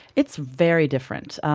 it's very different.